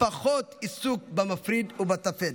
ופחות עיסוק במפריד ובטפל.